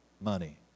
money